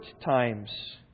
times